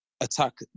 attack